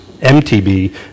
mtb